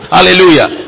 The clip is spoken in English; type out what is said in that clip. Hallelujah